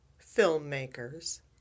filmmakers